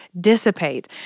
dissipate